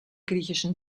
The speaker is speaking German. griechischen